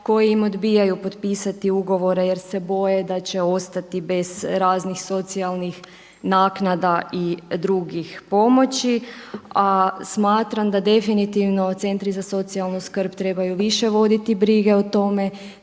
koji im odbijaju potpisati ugovore jer se boje da će ostati bez raznih socijalnih naknada i drugih pomoći. A smatram da definitivno centri za socijalnu skrb trebaju više voditi brige o tome,